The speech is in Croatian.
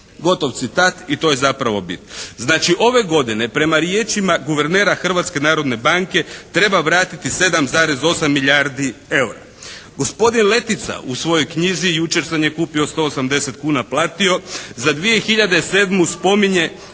gotov citat i to je zapravo bit.